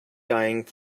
dying